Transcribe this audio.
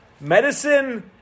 medicine